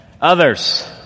Others